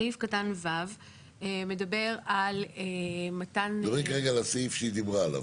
סעיף קטן (ו) מדבר על מתן --- מדברים כרגע על הסעיף שהיא דיברה עליו,